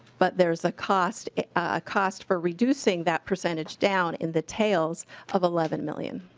but there's a cost a ah cost for reducing that percentage down in the tails of eleven million.